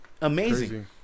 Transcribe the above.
Amazing